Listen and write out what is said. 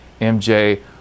MJ